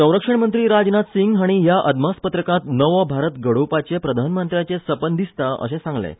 संरक्षण मंत्री राजनाथ सिंह हांणी ह्या अदमासपत्रकांत नवो भारत घडोवपाचे प्रधानमंत्र्याचे सपन दिसता अशें सांगलें